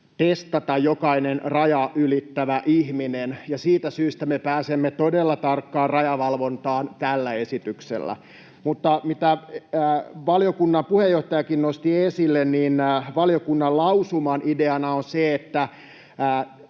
testata jokainen rajaa ylittävä ihminen, ja siitä syystä me pääsemme todella tarkkaan rajavalvontaan tällä esityksellä. Mutta kuten valiokunnan puheenjohtajakin nosti esille, niin valiokunnan lausuman ideana on se, että